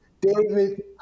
David